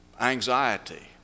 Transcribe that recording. Anxiety